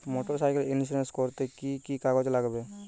Motorcycle insurance করতে কি কি কাগজ লাগবে?